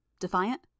Defiant